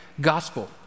gospel